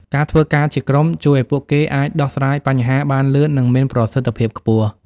ការធ្វើការជាក្រុមជួយឲ្យពួកគេអាច ដោះស្រាយបញ្ហាបានលឿន និងមានប្រសិទ្ធភាពខ្ពស់។